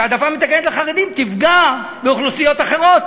שהעדפה מתקנת לחרדים תפגע באוכלוסיות אחרות.